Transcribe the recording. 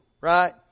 right